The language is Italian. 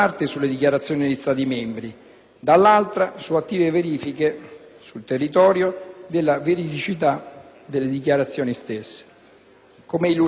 Come illustrato, la Convenzione prevede una doppia tipologia di ispezione: le ispezioni di routine e le ispezioni su sfida.